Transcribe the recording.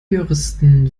juristen